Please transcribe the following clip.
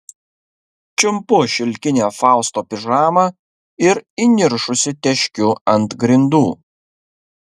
čiumpu šilkinę fausto pižamą ir įniršusi teškiu ant grindų